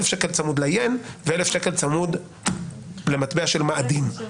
1,000 ש"ח צמוד ל-ין ו-1,000 ש"ח צמוד למטבע של מאדים".